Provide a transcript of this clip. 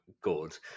good